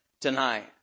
tonight